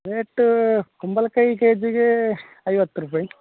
rate ಕುಂಬಳ ಕಾಯಿ ಕೆ ಜಿಗೇ ಐವತ್ತು ರೂಪಾಯಿ